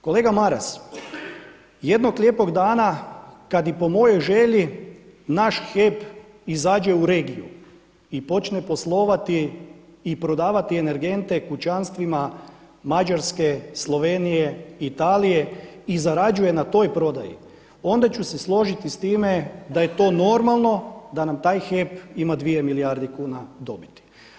Kolega Maras, jednog lijepog dana kada i po mojoj želji naš HEP izađe u regiju i počne poslovati i prodavati energente kućanstvima Mađarske, Slovenije, Italije i zarađuje na toj prodaji onda ću se složiti s time da je to normalno, da nam taj HEP ima dvije milijarde kuna dobiti.